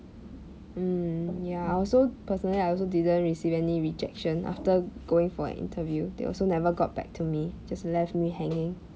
mm ya I also personally I also didn't receive any rejection after going for an interview they also never got back to me just left me hanging